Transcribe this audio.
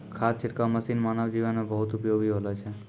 खाद छिड़काव मसीन मानव जीवन म बहुत उपयोगी होलो छै